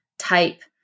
Type